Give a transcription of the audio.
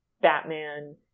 Batman